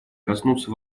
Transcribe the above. коснуться